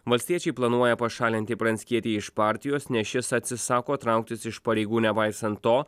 valstiečiai planuoja pašalinti pranckietį iš partijos nes šis atsisako trauktis iš pareigų nepaisant to